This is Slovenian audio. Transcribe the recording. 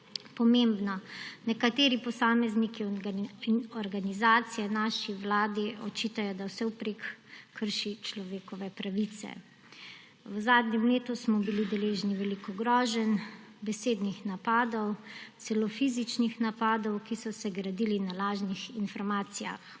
pomembno. Nekateri posamezniki in organizacije naši vladi očitajo, da vsevprek krši človekove pravice. V zadnjem letu smo bili deležni veliko groženj, besednih napadov, celo fizičnih napadov, ki so se gradili na lažnih informacijah.